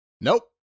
nope